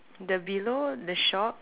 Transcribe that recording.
the below the shop